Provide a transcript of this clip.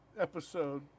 episode